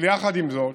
יחד עם זאת,